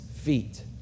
feet